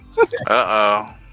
Uh-oh